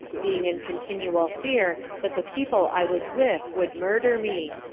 being in continual fear that the people i was with would murder me.